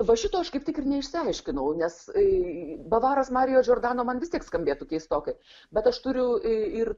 va šito aš kaip tik ir neišsiaiškinau nes bavaras marijo džordano man vis tiek skambėtų keistokai bet aš turiu ir